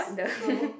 so